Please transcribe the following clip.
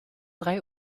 drei